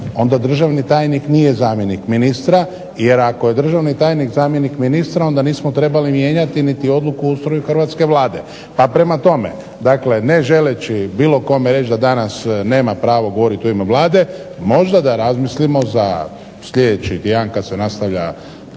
onda državni tajnik nije zamjenik ministra jer ako je državni tajnik zamjenik ministra onda nismo trebali mijenjati niti odluku o ustroju hrvatske Vlade. Pa prema tome, dakle ne želeći bilo kome reći da nema pravo govoriti u ime Vlade, možda da razmislimo za sljedeći tjedan kad se nastavlja